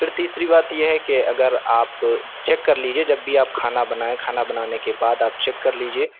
پھر تیسری بات یہ ہے کہ اگر آپ چیک کر لیجیے جب بھی آپ کھانا بنائیں کھانا بنانے کے بعد آپ چیک کر لیجیے